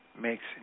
makes